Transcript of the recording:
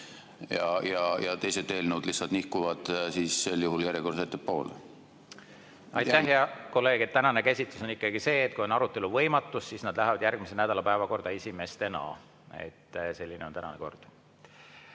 ja teised eelnõud lihtsalt nihkuvad järjekorras ettepoole? Aitäh, hea kolleeg! Tänane käsitlus on ikkagi see, et kui on arutelu võimatus, siis need lähevad järgmise nädala päevakorda esimestena. Selline on tänane kord.